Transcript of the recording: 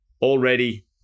already